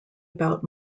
about